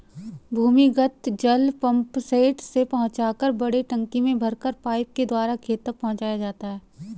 भूमिगत जल पम्पसेट से पहुँचाकर बड़े टंकी में भरकर पाइप के द्वारा खेत तक पहुँचाया जाता है